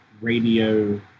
radio